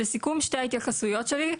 לסיכום שתי ההתייחסויות שלי,